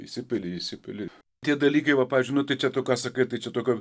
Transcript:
įsipili įsipili tie dalykai va pavyzdžiui nu tai čia tu ką sakai tai čia tokio